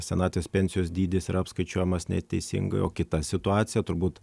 senatvės pensijos dydis yra apskaičiuojamas neteisingai o kita situacija turbūt